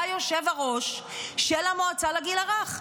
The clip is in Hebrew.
אתה היושב-ראש של המועצה לגיל הרך.